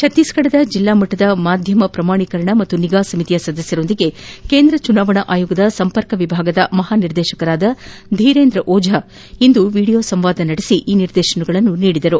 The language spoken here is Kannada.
ಛತ್ತೀಸ್ಗಢದ ಜಿಲ್ಲಾ ಮಟ್ಲದ ಮಾಧ್ಯಮ ಪ್ರಮಾಣೀಕರಣ ಮತ್ತು ನಿಗಾ ಸಮಿತಿ ಸದಸ್ನರೊಂದಿಗೆ ಕೇಂದ್ರ ಚುನಾವಣಾ ಆಯೋಗದ ಸಂಪರ್ಕ ವಿಭಾಗದ ಮಹಾ ನಿರ್ದೇಶಕರಾದ ಧೀರೇಂದ್ರ ಓಜಾ ಇಂದು ವೀಡಿಯೊ ಸಂವಾದ ನಡೆಸಿ ಈ ನಿರ್ದೇಶನ ನೀಡಿದ್ದಾರೆ